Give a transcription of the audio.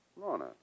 Lorna